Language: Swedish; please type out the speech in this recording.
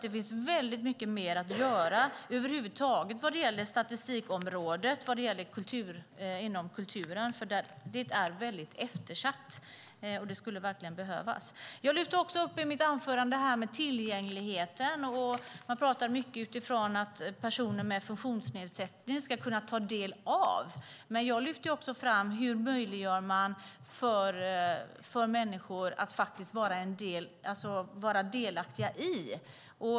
Det finns väldigt mycket mer att göra över huvud taget på statistikområdet inom kulturen. Det är väldigt eftersatt. Det skulle verkligen behövas. Jag lyfte i mitt anförande upp tillgängligheten. Man talar mycket om att personer med funktionsnedsättning ska kunna ta del av kulturen. Men jag lyfte också fram: Hur möjliggör man för att människor kan vara delaktiga?